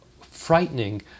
frightening